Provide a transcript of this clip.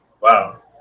Wow